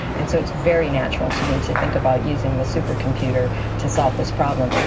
and so it's very natural to me to think about using the supercomputer to solve this problem.